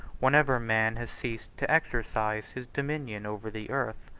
whenever man has ceased to exercise his dominion over the earth.